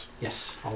Yes